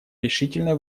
решительное